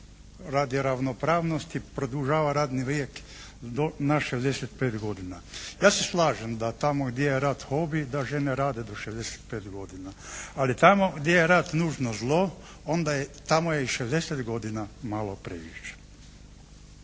radi ravnopravnosti produžava radni vijek na 65 godina. Ja se slažem da tamo gdje je rad hobi da žene rade do 65 godina ali tamo gdje je rad nužno zlo onda tamo je i 60 godina malo previše.